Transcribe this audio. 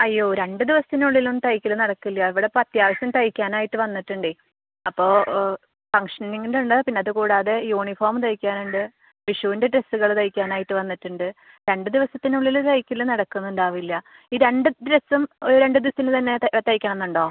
അയ്യോ രണ്ട് ദിവസത്തിനുള്ളിലൊന്നും തയ്ക്കൽ നടക്കില്ല ഇവിടെ അത്യാവശ്യം തയ്ക്കാനായിട്ട് വന്നിട്ടുണ്ടേ അപ്പോൾ ഫംഗ്ഷനിംഗിൻ്റെയുണ്ട് പിന്നെ അത് കൂടാതെ യൂണിഫോമ് തയ്ക്കാനുണ്ട് വിഷൂൻ്റെ ഡ്രസ്സുകൾ തയ്ക്കാനായിട്ട് വന്നിട്ടുണ്ട് രണ്ട് ദിവസത്തിനുള്ളിൽ തയ്ക്കൽ നടക്കുന്നുണ്ടാവില്ല ഈ രണ്ട് ഡ്രസ്സും രണ്ട് ദിവസത്തിൽ തന്നെ തയ്ക്കണന്നുണ്ടോ